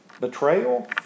Betrayal